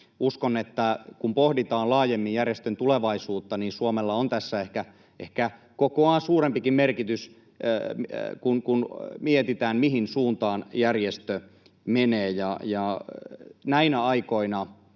Uskon, että kun pohditaan laajemmin järjestön tulevaisuutta, Suomella on tässä ehkä kokoaan suurempikin merkitys, kun mietitään, mihin suuntaan järjestö menee. Näinä aikoina